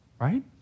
right